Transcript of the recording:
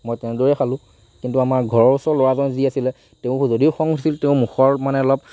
মই তেনেদৰেই খালোঁ কিন্তু আমাৰ ঘৰৰ ওচৰৰ ল'ৰাজন যি আছিলে তেওঁৰ যদিও খং উঠিছিল তেওঁৰ মুখৰ মানে অলপ